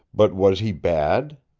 but was he bad?